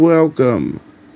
Welcome